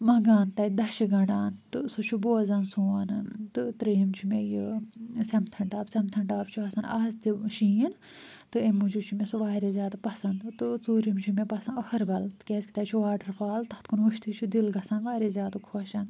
منٛگان تَتہِ دَشہٕ گھنٛڈان تہٕ سُہ چھُ بوزان سون تہٕ ترٛیٚیِم چھُ مےٚ یہِ ٲں سِنتھَن ٹاپ سِنتھَن ٹاپ چھُ آسان آز تہِ شیٖن تہٕ اَمہِ موٗجوٗب چھُ مےٚ سُہ واریاہ زیادٕ پَسنٛد تہٕ ژوٗرِم چھُ مےٚ پسنٛد أہربَل تِکیٛازِ تَتہِ چھُ واٹَرفال تَتھ کُن وُچھتٕے چھُ دِل گژھان واریاہ زیادٕ خۄش